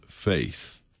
faith